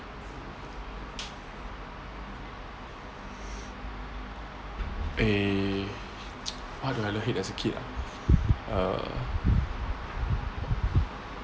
eh what do I hate as a kid ah err